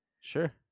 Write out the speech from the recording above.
Sure